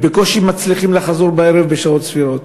בקושי מצליחים לחזור בערב בשעות סבירות.